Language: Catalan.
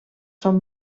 són